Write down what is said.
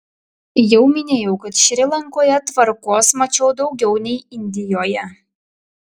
jau minėjau kad šri lankoje tvarkos mačiau daugiau nei indijoje